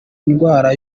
indwara